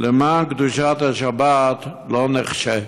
למען קדושת השבת לא נחשה.